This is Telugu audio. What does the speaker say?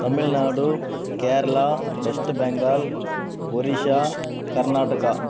తమిళనాడు కేరళ వెస్ట్ బెంగాల్ ఒరిసా కర్ణాటక